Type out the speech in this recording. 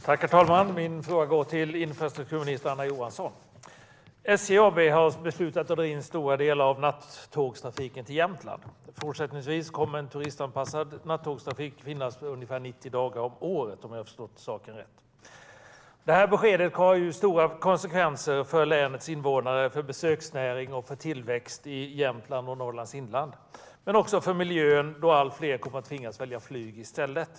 Herr talman! Min fråga går till infrastrukturminister Anna Johansson. SJ AB har beslutat att dra in stora delar av nattågstrafiken till Jämtland. Fortsättningsvis kommer en turistanpassad nattågstrafik att finnas ungefär 90 dagar om året, om jag förstått saken rätt. Beslutet får stora konsekvenser för länets invånare, för besöksnäringen och för tillväxten i Jämtland och övriga Norrlands inland men också för miljön, då allt fler kommer att tvingas välja flyg i stället.